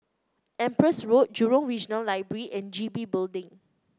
Empress Road Jurong Regional Library and G B Building